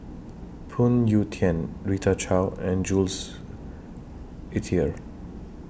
Phoon Yew Tien Rita Chao and Jules Itier